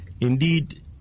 Indeed